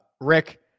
Rick